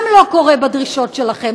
גם זה לא קורה בדרישות שלכם.